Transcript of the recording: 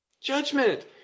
Judgment